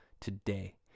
today